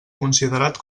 considerat